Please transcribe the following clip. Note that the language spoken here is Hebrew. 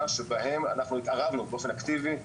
שבהם אנחנו התערבנו באופן אקטיבי.